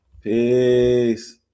Peace